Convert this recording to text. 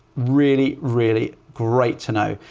really, really great to know.